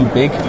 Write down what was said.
big